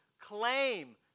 claim